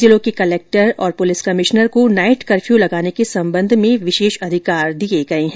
जिलों के कलेक्टर और पुलिस कमिश्नर को नाइट कर्फ़यू लगाने के संबंध में विशेष अधिकार दिए हैं